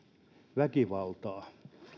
väkivaltaa